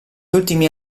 ultimi